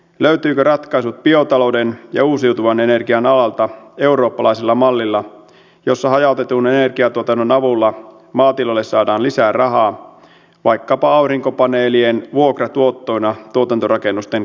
löytyvätkö ratkaisut biotalouden ja uusiutuvan energian alalta eurooppalaisella mallilla jossa hajautetun energiantuotannon avulla maatiloille saadaan lisää rahaa vaikkapa aurinkopaneelien vuokratuottoina tuotantorakennusten katoilta